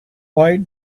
white